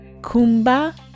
Kumba